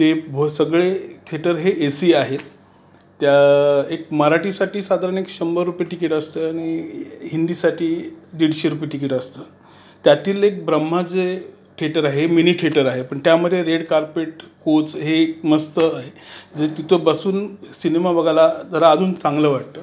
ते व सगळे थिएटर हे ए सी आहेत त्या एक मराठीसाठी साधारण एक शंभर रुपये तिकीट असतं आणि हिंदीसाठी दिडशे रुपये तिकीट असतं त्यातील एक ब्रह्मा जे थिएटर आहे हे मिनी थिएटर आहे पण त्यामधे रेड कार्पेट कोच हे एक मस्त आहे जे तिथे बसून सिनेमा बघायला जरा अजून चांगलं वाटतं